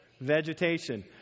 Vegetation